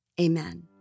Amen